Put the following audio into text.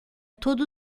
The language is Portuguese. todo